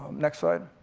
next slide.